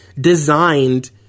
designed